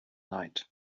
night